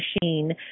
machine